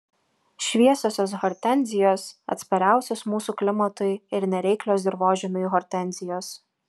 šviesiosios hortenzijos atspariausios mūsų klimatui ir nereiklios dirvožemiui hortenzijos